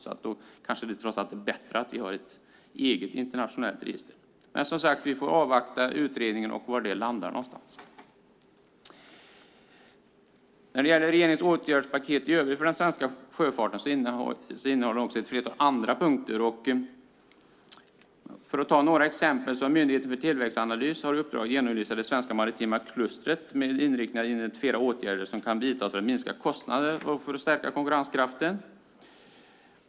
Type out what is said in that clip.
Därför är det kanske trots allt bättre att ha ett eget internationellt register. Vi får, som sagt, avvakta utredningen och vad den landar i. Regeringens åtgärdspaket i övrigt avseende den svenska sjöfarten innehåller också ett flertal andra punkter. För att ta några exempel kan jag säga att Myndigheten för tillväxtpolitiska utvärderingar och analyser har i uppdrag att genomlysa det svenska maritima klustret med inriktning på att identifiera åtgärder som kan vidtas för att minska kostnader och för att stärka konkurrenskraften.